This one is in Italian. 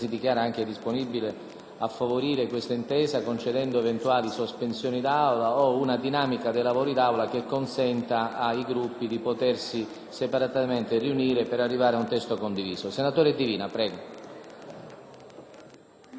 a favorire tale intesa concedendo eventuali sospensioni della seduta o una dinamica dei lavori che consenta ai Gruppi di potersi separatamente riunire per arrivare ad un testo condiviso. Ha facoltà di parlare